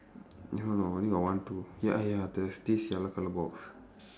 no no only got one two ya ya there's this yellow colour box